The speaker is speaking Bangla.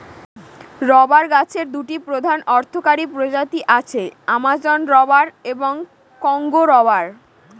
রবার গাছের দুটি প্রধান অর্থকরী প্রজাতি আছে, অ্যামাজন রবার এবং কংগো রবার